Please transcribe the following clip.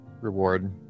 reward